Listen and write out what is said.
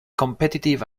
competitive